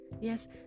Yes